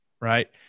right